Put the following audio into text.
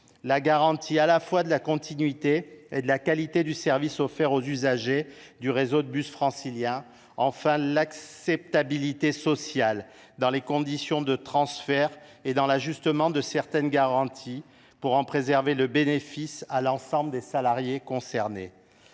la garantie à la fois de la continuité et de la qualité du service offert aux usagers du réseau de bus francilien ;·enfin, l’acceptabilité sociale dans les conditions de transfert et dans l’ajustement de certaines garanties, pour en préserver le bénéfice à l’ensemble des salariés concernés.